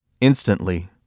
Instantly